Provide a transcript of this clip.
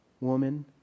woman